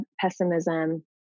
pessimism